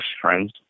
friends